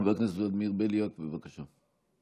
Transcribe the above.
חבר הכנסת ולדימיר בליאק, בבקשה.